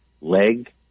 leg